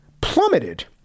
plummeted